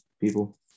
people